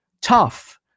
tough